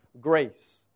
grace